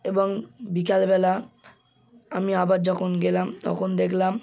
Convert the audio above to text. এবং বিকালবেলা আমি আবার যখন গেলাম তখন দেখলাম